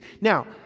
Now